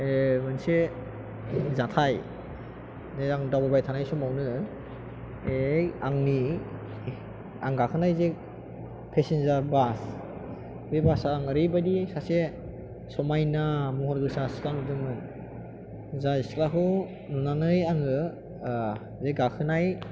ए मोनसे जाथाय बे आं दावबायबाय थानाय समावनो ऐ आंनि आं गाखोनाय जे पेसेन्जार बास बे बासआ आं ओरैबायदि सासे समायना महरगोसा सिख्ला नुदोंमोन जाय सिख्लाखौ नुनानै आङो बे गाखोनाय